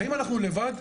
האם אנחנו לבד?